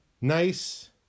nice